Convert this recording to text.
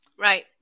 Right